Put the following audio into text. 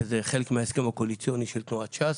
שזה חלק מההסכם הקואליציוני של תנועת ש"ס.